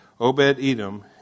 Obed-Edom